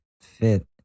fit